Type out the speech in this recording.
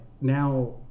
now